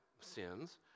sins